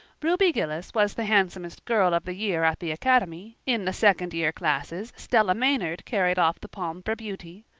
ruby gillis was the handsomest girl of the year at the academy in the second year classes stella maynard carried off the palm for beauty,